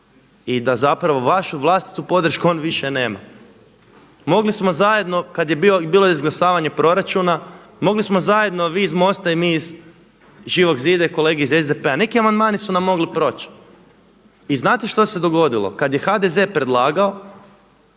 i da vašu vlastitu podršku on više nema. Mogli smo zajedno kada je bilo izglasavanje proračuna, mogli smo zajedno vi iz MOST-a i mi iz Živog zida i kolege iz SDP-a neki amandmani su nam mogli proć. I znate što se dogodilo, kada je HDZ predlagao